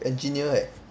engineer eh